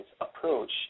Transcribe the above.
approach